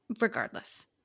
regardless